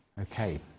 okay